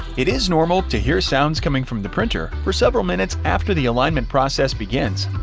it is normal to hear sounds coming from the printer for several minutes after the alignment process begins.